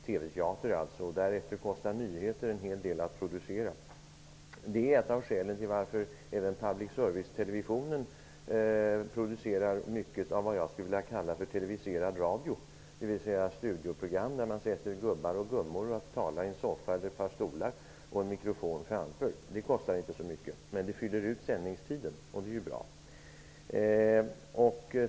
Även nyheter kostar en hel del att producera. Det är ett av skälen till att även public service-televisionen producerar mycket av vad jag skulle vilja kalla för ''televiserad radio'', dvs. studioprogram där man sätter gubbar och gummor i en soffa eller i ett par stolar, med en mikrofon framför. Det kostar inte så mycket, men det fyller ut sändningstiden, och det är ju bra.